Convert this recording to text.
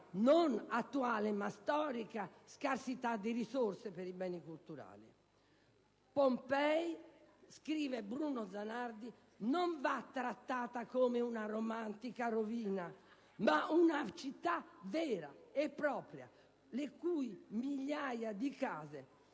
non attuale, ma storica - scarsità di risorse per i beni culturali. Pompei - scrive Bruno Zanardi - non va trattata come una romantica rovina, ma come una città vera e propria, le cui migliaia di case